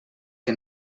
que